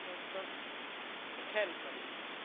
ई सभ सिखैलऽ पड़ैत छै